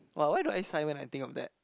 !wah! why do I sigh when I think of that